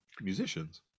musicians